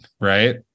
Right